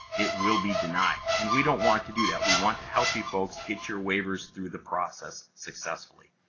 it will be denied and we don't want to do that. we want to help you folks get your waivers through the process successfully.